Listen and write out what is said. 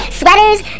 sweaters